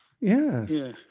Yes